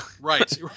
Right